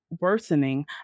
worsening